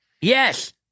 Yes